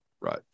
Right